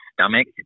stomach